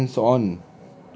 not be hands on